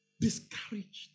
discouraged